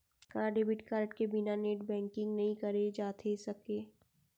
का debit card के बिना नेट बैंकिंग नई करे जाथे सके?